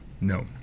No